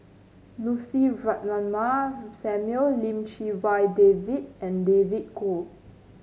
Lucy Ratnammah Samuel Lim Chee Wai David and David Kwo